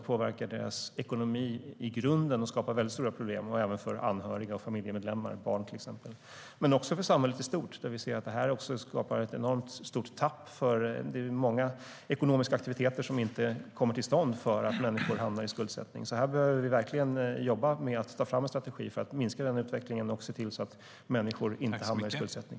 Det påverkar deras ekonomi i grunden och skapar väldigt stora problem även för anhöriga och familjemedlemmar, till exempel barn, men också för samhället i stort. Det skapar ett enormt stort tapp. Det är många ekonomiska aktiviteter som inte kommer till stånd för att människor hamnar i skuldsättning. Här behöver vi verkligen jobba med att ta fram en strategi för att minska den utvecklingen och se till att människor inte hamnar i skuldsättning.